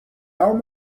alma